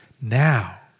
Now